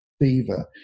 fever